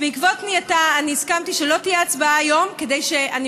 אז בעקבות פנייתה אני הסכמתי שלא תהיה הצבעה היום כדי,